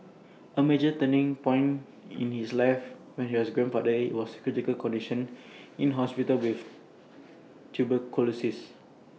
A major turning point in his life was when his grandfather was in A critical condition in hospital with tuberculosis